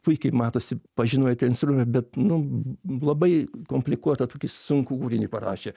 puikiai matosi pažinojo tą instrumentą bet nu labai komplikuotą tokį sunkų kūrinį parašė